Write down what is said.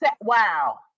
Wow